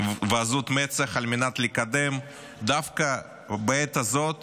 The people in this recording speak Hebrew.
ועזות מצח על מנת לקדם דווקא בעת הזאת